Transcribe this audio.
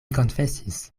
konfesis